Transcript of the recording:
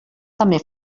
també